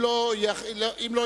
(מינוי ממלא-מקום), התשס"ח 2008, מ/390.